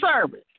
service